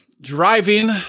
driving